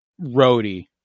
roadie